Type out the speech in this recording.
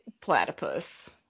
platypus